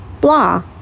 Blah